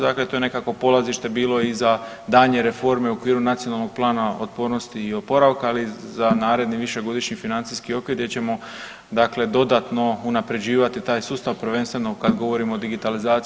Dakle, to je nekako polazište bilo i za daljnje reforme u okviru Nacionalnog plana otpornosti i oporavka, ali i za naredni višegodišnji financijski okvir gdje ćemo, dakle dodatno unapređivati taj sustav prvenstveno kad govorimo o digitalizaciji.